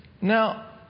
Now